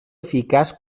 eficaç